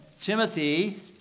Timothy